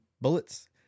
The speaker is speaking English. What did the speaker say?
bullets